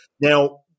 now